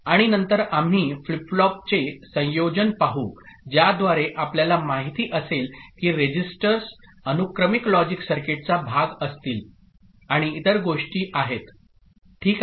आणि नंतर आम्ही फ्लिप फ्लॉपचे संयोजन पाहू ज्याद्वारे आपल्याला माहिती असेल की रेजिस्टर्स अनुक्रमिक लॉजिक सर्किटचा भाग असतील आणि इतर गोष्टी आहेत ठीक